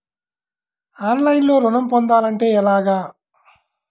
ఆన్లైన్లో ఋణం పొందాలంటే ఎలాగా?